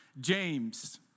James